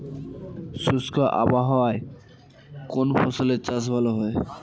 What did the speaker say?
শুষ্ক আবহাওয়ায় কোন ফসলের চাষ ভালো হয়?